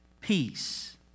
peace